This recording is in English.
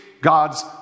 god's